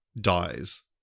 dies